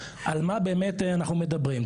על מה באמת אנחנו מדברים.